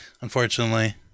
unfortunately